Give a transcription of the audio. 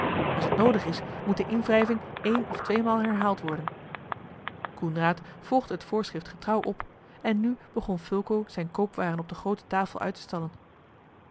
als het noodig is moet de inwrijving een of tweemaal herhaald worden coenraad volgde het voorschrift getrouw op en nu begon fulco zijne koopwaren op de groote tafel uit te stallen